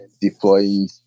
deploying